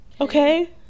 Okay